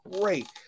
great